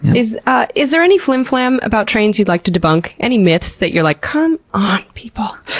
is ah is there any flimflam about trains you'd like to debunk? any myths that you're like, come on, people?